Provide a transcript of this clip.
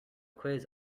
quiz